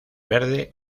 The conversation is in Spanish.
verde